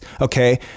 okay